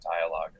dialogue